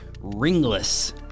ringless